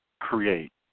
create